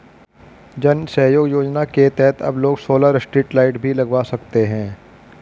जन सहयोग योजना के तहत अब लोग सोलर स्ट्रीट लाइट भी लगवा सकते हैं